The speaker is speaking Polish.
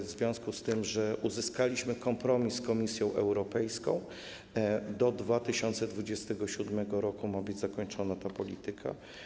W związku z tym, że uzyskaliśmy kompromis z Komisją Europejską, do 2027 r. ma być zakończona ta polityka.